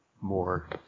more